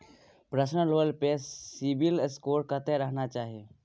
Personal loan ले CIBIL score कत्ते रहना चाही?